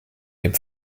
dem